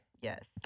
Yes